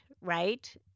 right